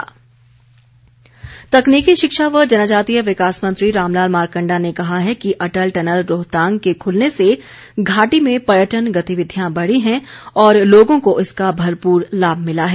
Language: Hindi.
मारकण्डा तकनीकी शिक्षा व जनजातीय विकास मंत्री रामलाल मारकण्डा ने कहा है कि अटल टनल रोहतांग के खुलने से घाटी में पर्यटन गतिविधियां बढ़ी हैं और लोगों को इसका भरपूर लाभ मिला है